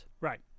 Right